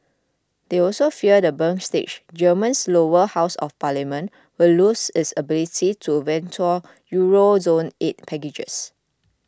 they also fear the Bundestag Germany's lower house of parliament would lose its ability to veto Euro zone aid packages